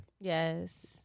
Yes